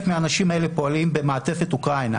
מהאנשים האלה פועלים במעטפת אוקראינה.